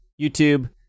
YouTube